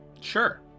sure